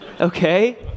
Okay